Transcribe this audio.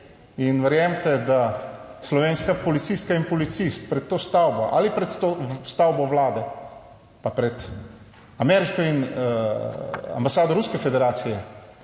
in verjemite, da slovenska policistka in policist pred to stavbo ali pred to stavbo Vlade pa pred ameriško in ambasado Ruske federacije,